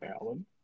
alan